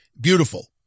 beautiful